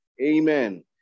Amen